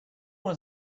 want